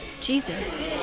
Jesus